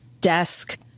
desk